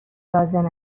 لازم